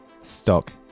stock